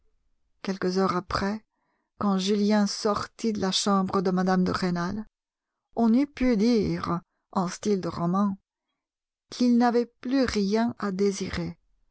quelques heures après quand julien sortit de la chambre de mme de rênal on eût pu dire en style de roman qu'il n'avait plus rien à désirer